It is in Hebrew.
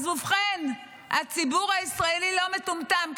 ובכן, הציבור הישראלי לא מטומטם.